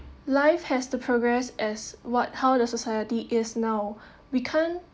life has to progress as what how the society is now we can't